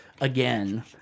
again